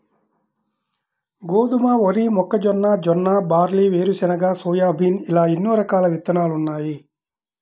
గోధుమ, వరి, మొక్కజొన్న, జొన్న, బార్లీ, వేరుశెనగ, సోయాబీన్ ఇలా ఎన్నో రకాల విత్తనాలున్నాయి